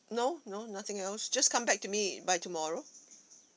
no no nothing else just come back to me by tomorrow